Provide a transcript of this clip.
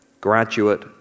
graduate